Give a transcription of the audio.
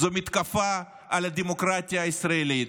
זאת מתקפה על הדמוקרטיה הישראלית.